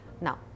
now